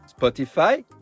Spotify